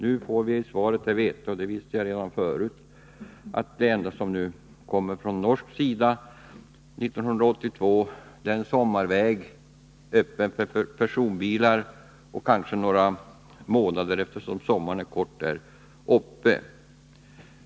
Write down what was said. Nu får vi i svaret veta — det visste jag redan förut — att det enda som kommer från norsk sida 1982 är en sommarväg, öppen för personbilar, kanske några månader eftersom sommaren är kort där uppe.